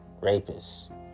rapists